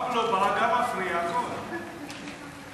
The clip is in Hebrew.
חוק רישוי עסקים (תיקון מס' 27),